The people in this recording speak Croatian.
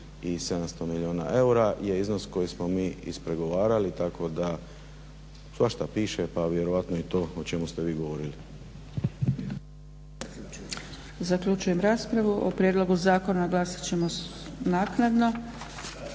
i 700 milijuna eura je iznos koji smo mi ispregovarali, tako da svašta piše, pa vjerojatno i to o čemu ste vi govorili. **Zgrebec, Dragica (SDP)** Zaključujem raspravu o prijedlogu zakona, glasat ćemo naknadno.